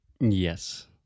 Yes